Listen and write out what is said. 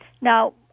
now